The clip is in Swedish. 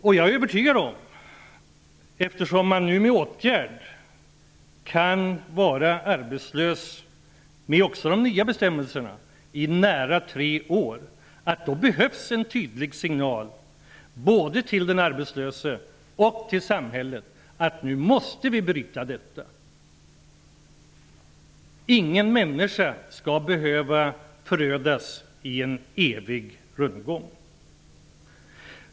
Också med de nya bestämmelserna kan man vara arbetslös och vara föremål för arbetsmarknadsåtgärder i nära tre år. Jag är övertygad om att det därför behövs en tydlig signal både till den arbetslöse och till samhället att vi måste bryta detta. Ingen människa skall behöva förödas i en evig rundgång.